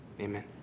Amen